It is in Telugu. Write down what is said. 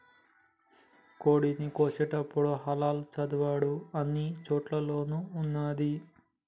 కోడిని కోసేటపుడు హలాల్ చదువుడు అన్ని చోటుల్లోనూ ఉన్నాది